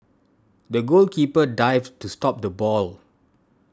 the goalkeeper dived to stop the ball